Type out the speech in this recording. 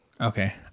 Okay